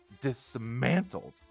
dismantled